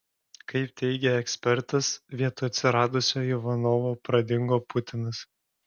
kaip teigia ekspertas vietoj atsiradusio ivanovo pradingo putinas